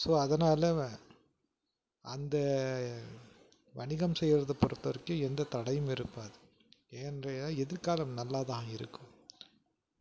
so அதனால் அந்த வணிகம் செய்கிறத பொறுத்த வரைக்கும் எந்தத் தடையும் இருப்பாது என்றைய எதிர்காலம் நல்லாதான் இருக்கும்